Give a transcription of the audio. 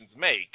make